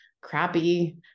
crappy